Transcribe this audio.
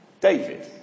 David